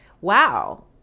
wow